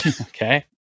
Okay